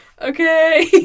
okay